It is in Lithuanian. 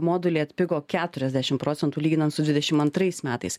moduliai atpigo keturiasdešim procentų lyginant su dvidešimt antrais metais